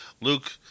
Luke